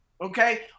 okay